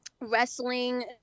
wrestling